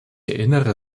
erinnere